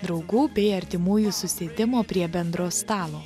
draugų bei artimųjų susėdimo prie bendro stalo